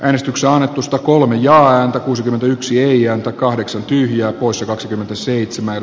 äänestykseannetusta kolmijaon kuusikymmentäyksi ja kahdeksan kirjaa kuussa kaksikymmentäseitsemän